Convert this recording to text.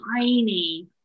tiny